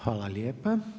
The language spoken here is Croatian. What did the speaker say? Hvala lijepa.